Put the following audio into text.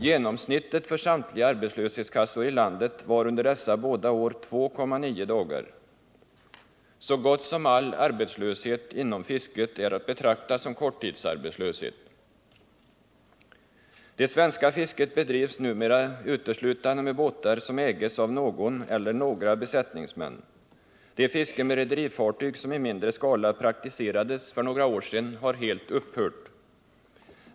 Genomsnittet för samtliga arbetslöshetskassor i landet var under dessa båda år 2,9 dagar. Så gott som all arbetslöshet inom fisket är att betrakta som korttidsarbetslöshet. Det svenska fisket bedrivs numera uteslutande med båtar, som ägs av någon eller några besättningsmän. Det fiske med rederifartyg som i mindre skala praktiserades för några år sedan har helt upphört.